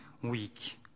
weak